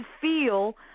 feel